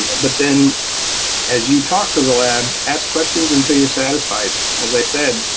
but then as you talk to the lab, ask questions until you're satisfied. as i said,